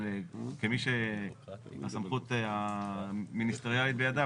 אבל כמי שהסמכות המיניסטריאלית בידיו,